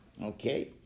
Okay